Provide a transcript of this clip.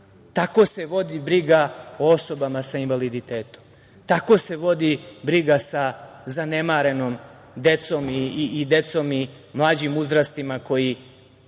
Tako se vodi briga o osobama sa invaliditetom. Tako se vodi briga sa zanemarenom decom i mlađim uzrastima koji